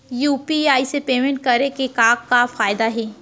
UPI से payment करे के का का फायदा हे?